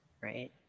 right